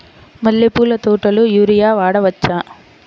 మల్లె పూల తోటలో యూరియా వాడవచ్చా?